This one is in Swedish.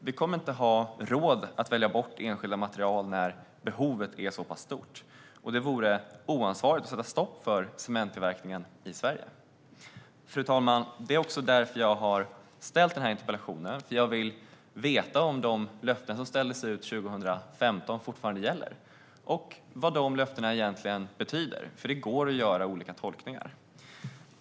Vi kommer inte att ha råd att välja bort enskilda material när behovet är så pass stort. Det vore oansvarigt att sätta stopp för cementtillverkningen i Sverige. Fru talman! Det är därför jag har ställt denna interpellation. Jag vill veta om de löften som ställdes ut 2015 fortfarande gäller och vad de löftena egentligen betyder. Det går nämligen att göra olika tolkningar.